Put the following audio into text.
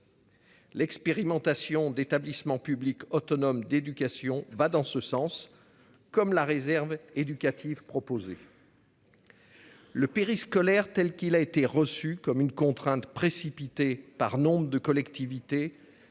L'expérimentation d'établissements publics autonomes d'éducation va dans ce sens. Comme la réserve éducative proposées. Le périscolaire telle qu'il a été reçu comme une contrainte précipitée par nombre de collectivités